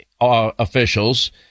officials